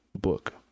book